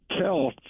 tell